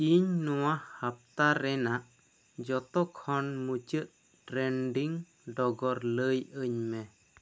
ᱤᱧ ᱱᱚᱣᱟ ᱦᱟᱯᱛᱟᱨᱮᱱᱟᱜ ᱡᱚᱛᱚ ᱠᱷᱚᱱ ᱢᱩᱪᱟᱹᱫ ᱴᱨᱮᱱᱰᱤᱝ ᱰᱚᱜᱚᱨ ᱞᱟ ᱭ ᱟ ᱧ ᱢᱮ